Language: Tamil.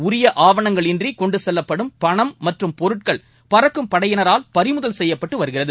உரிய ஆவணங்கள் இன்றி கொன்டு செல்லப்படும் பணம் மற்றும் பொருட்கள் பறக்கும் படையினரால் பறிமுதல் செய்யப்பட்டு வருகிறது